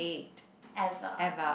ever